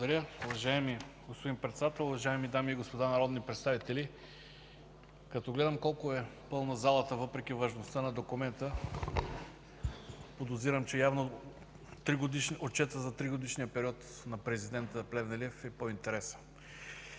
Благодаря. Уважаеми господин Председател, уважаеми дами и господа народни представители! Като гледам колко е пълна залата, въпреки важността на документа, подозирам, че явно отчетът за тригодишният период на президента Плевнелиев е по-интересен.